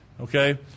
Okay